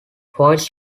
foils